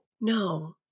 No